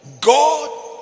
God